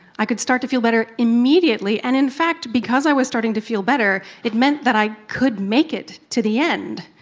i could start to feel better immediately, and in fact, because i was starting to feel better, it meant that i could make it to the end.